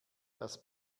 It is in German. das